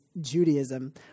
Judaism